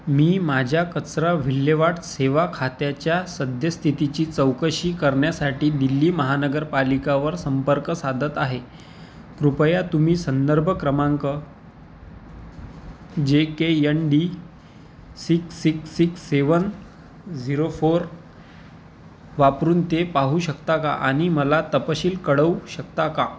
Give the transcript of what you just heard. मी माझ्या कचरा विल्हेवाट सेवा खात्याच्या सद्यस्थितीची चौकशी करण्यासाठी दिल्ली महानगरपालिकावर संपर्क साधत आहे कृपया तुम्ही संदर्भ क्रमांक J K N D six six six seven zero four वापरून ते पाहू शकता का आणि मला तपशील कळवू शकता का